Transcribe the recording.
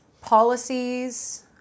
policies